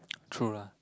true ah